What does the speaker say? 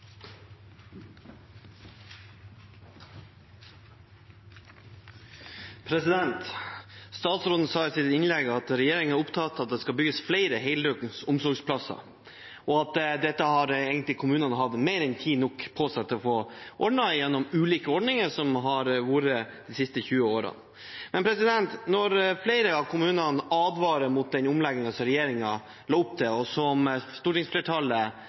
tilskotssatsen. Statsråden sa i sitt innlegg at regjeringen er opptatt av at det skal bygges flere heldøgns omsorgsplasser, og at kommunene har hatt mer enn nok tid på seg til å få ordnet det gjennom ulike ordninger som har vært de siste 20 årene. Men når flere av kommunene advarer mot den omleggingen som regjeringen la opp til, og som stortingsflertallet